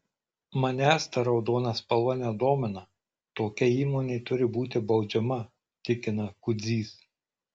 manęs ta raudona spalva nedomina tokia įmonė turi būti baudžiama tikina kudzys